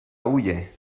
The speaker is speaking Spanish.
huye